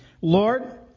Lord